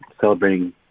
celebrating